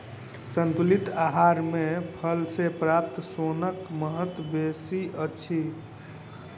संतुलित आहार मे फल सॅ प्राप्त सोनक महत्व बेसी अछि